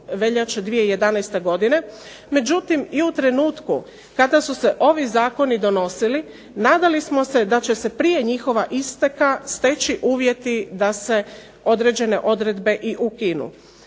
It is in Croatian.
veljače 2011. godine. Međutim i u trenutku kada su se ovi zakoni donosili, nadali smo se da će se prije njihova isteka steći uvjeti da se i određene odredbe ukinu.